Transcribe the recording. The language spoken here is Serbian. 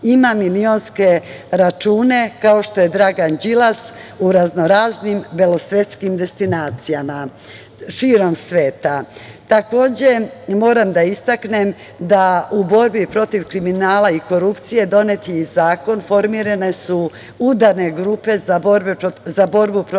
ima milionske račune, kao što je Dragan Đilas, u raznoraznim belosvetskim destinacijama širom sveta. Moram da istaknem da u borbi protiv kriminala i korupcije donet je i zakon, formirane su udarne grupe za borbu protiv korupcije,